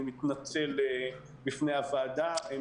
אני מתנצל בפני הוועדה.